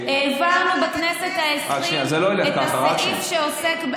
העברנו בכנסת העשרים את הסעיף שעוסק,